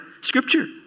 Scripture